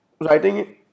writing